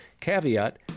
Caveat